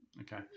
okay